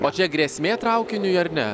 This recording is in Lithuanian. o čia grėsmė traukiniui ar ne